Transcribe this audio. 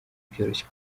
byoroshye